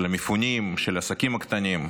של המפונים, של העסקים הקטנים,